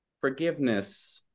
forgiveness